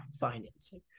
financing